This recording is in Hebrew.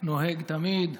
נוהג תמיד.